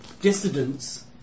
dissidents